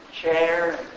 chair